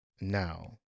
now